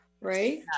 right